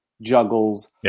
juggles